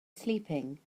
sleeping